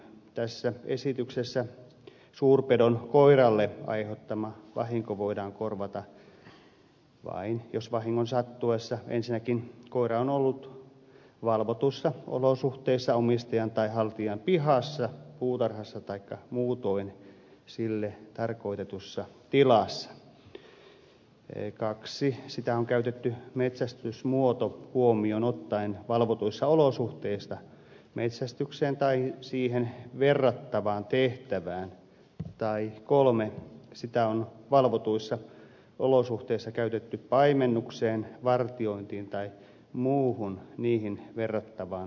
tässä esityksessä suurpedon koiralle aiheuttama vahinko voidaan korvata vain jos vahingon sattuessa ensinnäkin koira on ollut valvotuissa olosuhteissa omistajan tai haltijan pihassa puutarhassa taikka muutoin sille tarkoitetussa tilassa tai toiseksi sitä on käytetty metsästysmuoto huomioon ottaen valvotuissa olosuhteissa metsästykseen tai siihen verrattavaan tehtävään tai kolmanneksi sitä on valvotuissa olosuhteissa käytetty paimennukseen vartiointiin tai muuhun niihin verrattavaan tehtävään